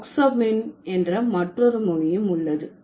Oksapmin என்ற மற்றொரு மொழியும் உள்ளது